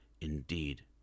indeed